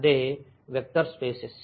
అదే vector spaces